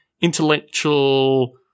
intellectual